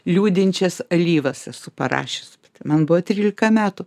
liūdinčias alyvas esu parašius man buvo trylika metų